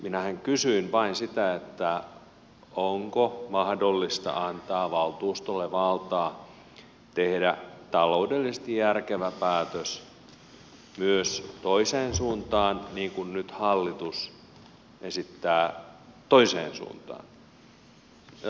minähän kysyin vain sitä onko mahdollista antaa valtuustolle valtaa tehdä taloudellisesti järkevä päätös myös toiseen suuntaan niin kuin nyt hallitus esittää toiseen suuntaan